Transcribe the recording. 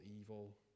evil